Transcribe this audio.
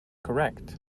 correct